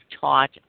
taught